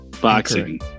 Boxing